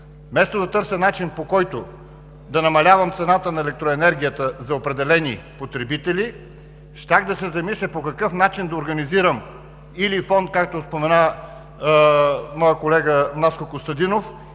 вместо да търся начин, по който да намалявам цената на електроенергията за определени потребители, щях да се замисля по какъв начин да организирам или фонд, както спомена моят колега Наско Костадинов,